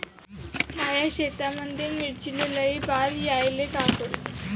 माया शेतामंदी मिर्चीले लई बार यायले का करू?